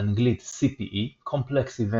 באנגלית (Complex Event